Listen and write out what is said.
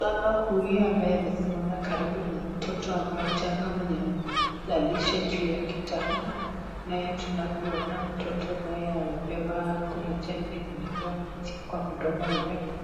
Mama huyu ambaye amesiamam karibu na mtoto mchanga mwenye amelalishqa juu ya kitanda, naye mtoto kama tunavoona anapewa, kuna chanjo anapewankupitia kwa mdomo yake,